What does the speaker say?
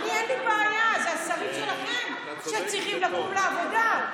אין לי בעיה, זה השרים שלכם שצריכים לקום לעבודה.